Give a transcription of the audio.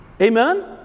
Amen